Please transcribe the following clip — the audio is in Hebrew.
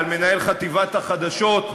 על מנהל חטיבת החדשות.